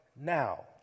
now